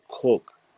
cook